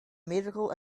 medical